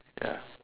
ya